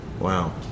Wow